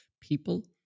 people